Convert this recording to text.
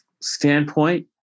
standpoint